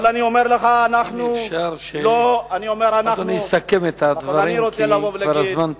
אם אפשר שאדוני יסכם את הדברים, כי כבר הזמן תם.